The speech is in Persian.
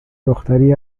دختری